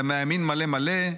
ומהימין מלא מלא,